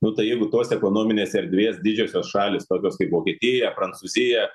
nu tai jeigu tos ekonominės erdvės didžiosios šalys tokios kaip vokietija prancūzija